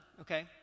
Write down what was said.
Okay